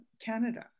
Canada